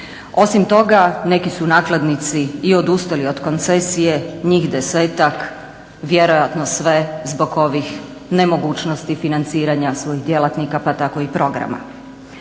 Osim toga neki su nakladnici i odustali od koncesije, njih desetak vjerojatno sve zbog ovih nemogućnosti financiranja svojih djelatnika pa tako i programa.